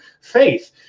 faith